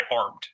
armed